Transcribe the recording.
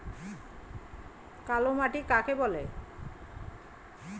কালো মাটি কাকে বলে?